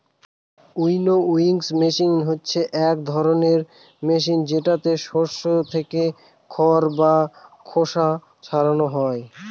winnowing machine হচ্ছে এক ধরনের মেশিন যেটাতে শস্য থেকে খড় বা খোসা ছারানো হয়